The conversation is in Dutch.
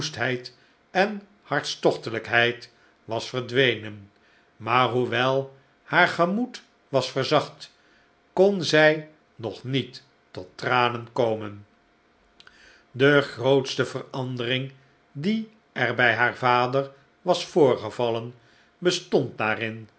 en hartstochtelijkheid was verdwenen maar hoewel haar gemoed was verzacht kon zij nog niet tot tranen komen de grootste verandering die er bij haar vader was voorgevallen bestond daarin